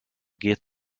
geht